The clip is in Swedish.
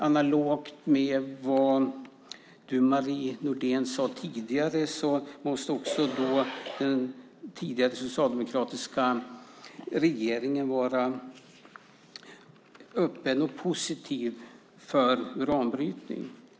Analogt med vad du sade tidigare, Marie Nordén, måste den tidigare socialdemokratiska regeringen ha varit öppen och positiv för uranbrytning.